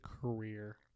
career